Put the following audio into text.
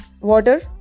water